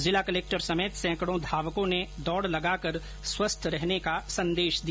जिला कलेक्टर समेत सैकड़ों धावकों ने दौड़ लगाकर स्वस्थ रहने का संदेश दिया